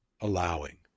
allowing